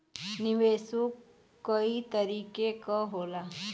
निवेशो कई तरीके क होला